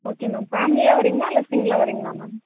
okay ma'am ஃபேம்லியாக வரீங்களா இல்லை சிங்கிளாக வரீங்களா மேம்